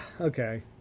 okay